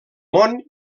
món